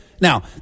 now